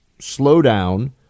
slowdown